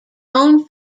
own